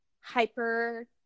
hyper